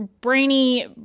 Brainy